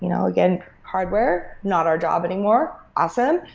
you know again, hardware, not our job anymore. awesome.